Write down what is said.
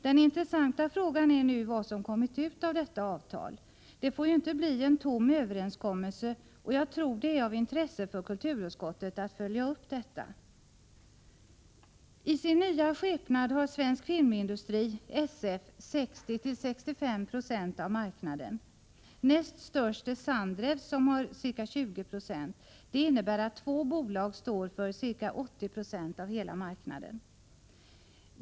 Den intressanta frågan är nu vad som har kommit ut av detta avtal. Det får ju inte bli en tom överenskommelse, och jag tror att det är av intresse för kulturutskottet att följa upp detta. I sin nya skepnad har Svensk Filmindustri, SF, 60-65 9o av marknaden. Näst störst är Sandrews som har ca 20 96. Det innebär att två bolag står för ca 80 96 av hela marknaden.